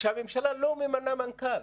שהממשלה לא ממנה מנכ"ל,